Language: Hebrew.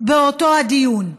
באותו הדיון,